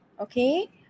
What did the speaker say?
okay